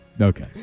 Okay